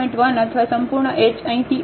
1 અથવા સંપૂર્ણ h અહીંથી અહીં 0